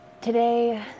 Today